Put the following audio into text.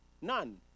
None